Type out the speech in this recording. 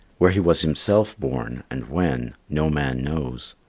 where he was himself born, and when, no man knows.